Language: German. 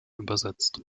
übersetzt